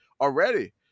already